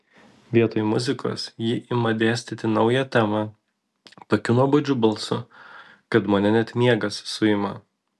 vietoj muzikos ji ima dėstyti naują temą tokiu nuobodžiu balsu kad mane net miegas suima